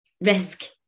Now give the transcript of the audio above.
risk